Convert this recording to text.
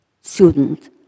student